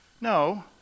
No